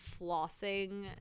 flossing